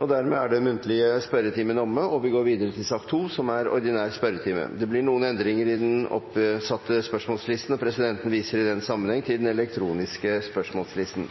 Dermed er den muntlige spørretimen omme, og vi går videre til den ordinære spørretimen. Det blir noen endringer i den oppsatte spørsmålslisten, og presidenten viser i den sammenheng til den elektroniske spørsmålslisten.